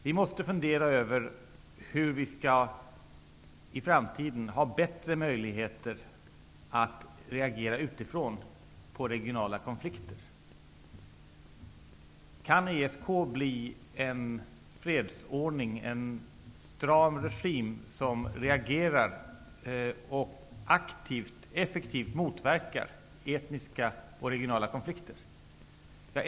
Vi måste fundera över hur vi i framtiden skall få bättre möjligheter att utifrån reagera på regionala konflikter. Kan ESK bli en fredsordning, en stram regim som reagerar aktivt och effektivt motverkar etniska och regionala konflikter?